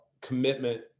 commitment